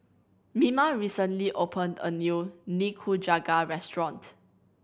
Mima recently opened a new Nikujaga restaurant